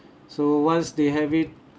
so once they have it